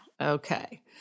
Okay